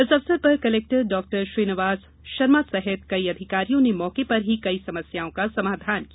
इस अवसर पर कलेक्टर डॉ श्रीनिवास शर्मा सहित कई अधिकारियों ने मौके पर ही कई समस्याओं का समाधान किया